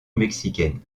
mexicaine